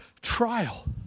trial